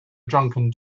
drunken